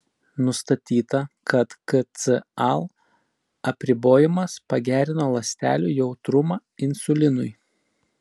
nustatyta kad kcal apribojimas pagerino ląstelių jautrumą insulinui